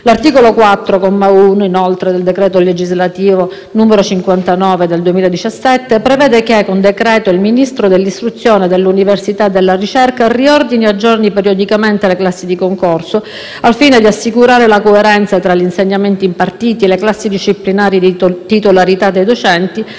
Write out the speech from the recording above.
l'art. 4, comma 1, del decreto legislativo n. 59 del 2017, prevede che, con decreto, il Ministro dell'istruzione, dell'università e della ricerca riordini e aggiorni periodicamente le classi di concorso «al fine di assicurare la coerenza tra gli insegnamenti impartiti, le classi disciplinari di titolarità dei docenti